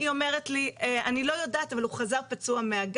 היא אומרת לי 'אני לא יודעת אבל הוא חזר פצוע מהגן,